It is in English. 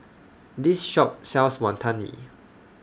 This Shop sells Wantan Mee